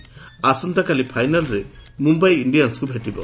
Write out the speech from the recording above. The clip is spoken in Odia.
ଆସନ୍ତାକାଲି ଫାଇନାଲ୍ରେ ମୁମ୍ବାଇ ଇଣ୍ଡିଆନ୍କୁ ଭେଟିବ